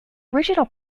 original